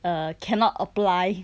err cannot apply